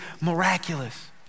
miraculous